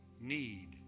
need